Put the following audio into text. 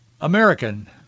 American